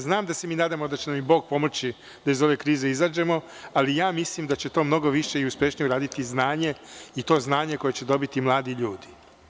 Znam da se mi nadamo da će nam Bog pomoći da iz ove krize izađemo, ali ja mislim da će to mnogo više i uspešnije uraditi znanje i to znanje koje će dobiti mladi ljudi.